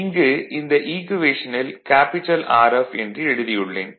இங்கு இந்த ஈக்குவேஷனில் கேபிடல் Rf என்று எழுதியுள்ளேன்